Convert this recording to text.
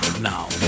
Now